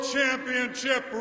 Championship